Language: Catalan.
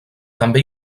també